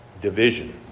division